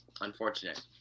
Unfortunate